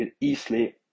easily